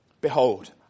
Behold